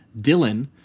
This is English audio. Dylan